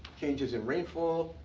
changes in rainfall,